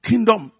Kingdom